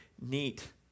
neat